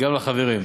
גם לחברים.